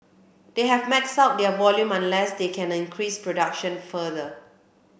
they have maxed out their volume unless they can increase production further